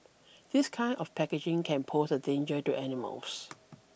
this kind of packaging can pose a danger to animals